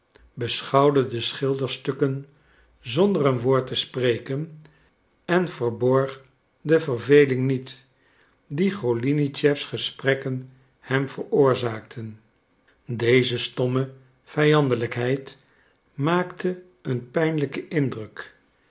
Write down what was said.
beschouwde de schilderstukken zonder een woord te spreken en verborg de verveling niet die golinitschefs gesprekken hem veroorzaakten deze stomme vijandelijkheid maakte een pijnlijken indruk